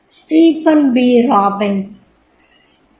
Stephen P Robbins Stephen P